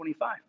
25